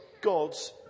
God's